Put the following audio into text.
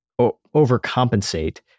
overcompensate